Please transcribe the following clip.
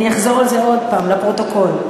אני אחזור על זה עוד פעם, לפרוטוקול: